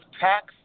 tax